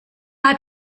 hat